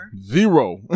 Zero